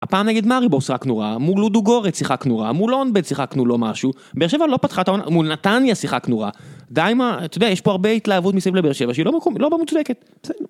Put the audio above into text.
הפעם נגד מאריבור שיחקנו רע, מול לודוגורץ שיחקנו רע, מול הונבד שיחקנו לא משהו. באר שבע לא פתחה את העונה... מול נתניה שיחקנו רע. די עם ה..., אתה יודע, יש פה הרבה התלהבות מסביב לבאר שבע שהיא לא במקום, היא לא מוצדקת.